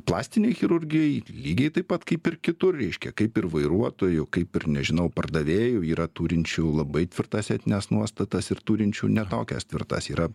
plastinei chirurgijai lygiai taip pat kaip ir kitur reiškia kaip ir vairuotojų kaip ir nežinau pardavėjų yra turinčių labai tvirtas etines nuostatas ir turinčių ne tokias tvirtas yra